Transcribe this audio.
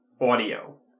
audio